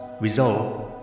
Resolve